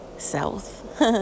South